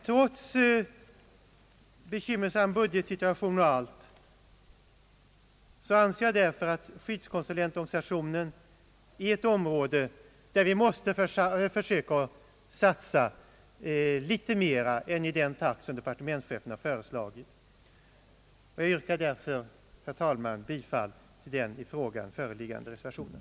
Trots den bekymmersamma budgetsituationen anser jag att skyddskonsulentorganisationen är ett område där vi måste försöka satsa litet mer än i den takt som departementschefen föreslagit. Jag yrkar därför, herr talman, bifall till den föreliggande reservationen.